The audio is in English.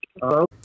Hello